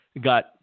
got